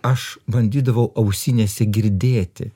aš bandydavau ausinėse girdėti